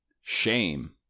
Shame